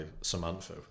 Samantha